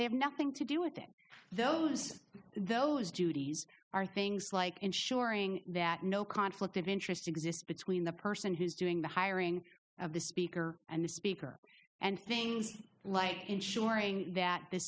have nothing to do it those those duties are things like ensuring that no conflict of interest exists between the person who's doing the hiring of the speaker and the speaker and things like ensuring that the